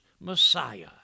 messiah